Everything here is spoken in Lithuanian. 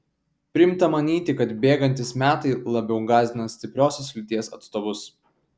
priimta manyti kad bėgantys metai labiau gąsdina stipriosios lyties atstovus